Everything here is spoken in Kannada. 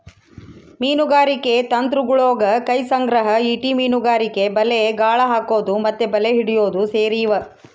ಮೀನುಗಾರಿಕೆ ತಂತ್ರಗುಳಗ ಕೈ ಸಂಗ್ರಹ, ಈಟಿ ಮೀನುಗಾರಿಕೆ, ಬಲೆ, ಗಾಳ ಹಾಕೊದು ಮತ್ತೆ ಬಲೆ ಹಿಡಿಯೊದು ಸೇರಿವ